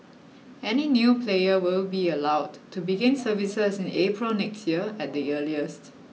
any new player will be allowed to begin services in April next year at the earliest